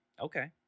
Okay